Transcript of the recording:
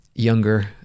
younger